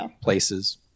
places